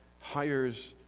hires